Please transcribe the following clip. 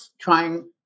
trying